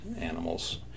animals